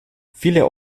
viele